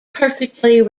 perfectly